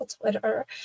Twitter